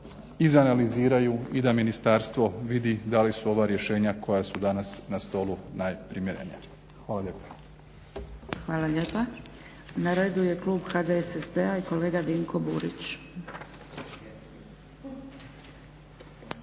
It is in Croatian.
izanaliziraju i da ministarstvo vidi da li su ova rješenja koja su danas na stolu najprimjerenija. Hvala lijepa. **Zgrebec, Dragica (SDP)** Hvala lijepa. Na redu je klub HDSSB-a i kolega Dinko Burić.